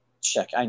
check